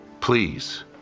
please